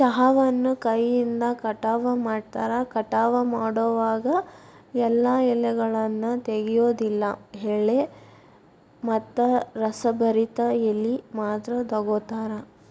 ಚಹಾವನ್ನು ಕೈಯಿಂದ ಕಟಾವ ಮಾಡ್ತಾರ, ಕಟಾವ ಮಾಡೋವಾಗ ಎಲ್ಲಾ ಎಲೆಗಳನ್ನ ತೆಗಿಯೋದಿಲ್ಲ ಎಳೆ ಮತ್ತ ರಸಭರಿತ ಎಲಿ ಮಾತ್ರ ತಗೋತಾರ